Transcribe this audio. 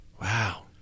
Wow